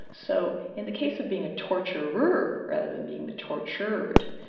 so in the case of being a torturer rather than being the tortured,